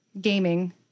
gaming